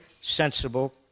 sensible